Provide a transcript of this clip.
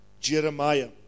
Jeremiah